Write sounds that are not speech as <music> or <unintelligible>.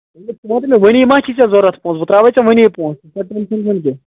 ژٕ وَن تہٕ مےٚ وٕنی مہ چھی ژےٚ ضوٚرَتھ پونسہٕ بہٕ ترٛاوے ژےٚ وٕنی پونسہٕ <unintelligible>